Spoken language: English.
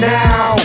now